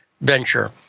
venture